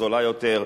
זולה יותר,